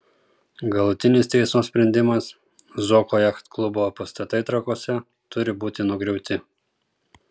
galutinis teismo sprendimas zuoko jachtklubo pastatai trakuose turi būti nugriauti